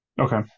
Okay